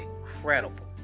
incredible